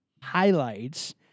highlights